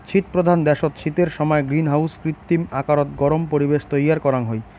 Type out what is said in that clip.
শীতপ্রধান দ্যাশত শীতের সমায় গ্রীনহাউসত কৃত্রিম আকারত গরম পরিবেশ তৈয়ার করাং হই